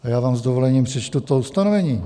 A já vám s dovolením přečtu to ustanovení: